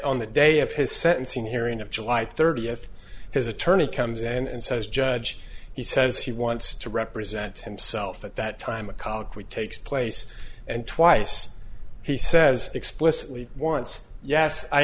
on the day of his sentencing hearing of july thirtieth his attorney comes and says judge he says he wants to represent himself at that time a colloquy takes place and twice he says explicitly once yes i